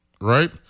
right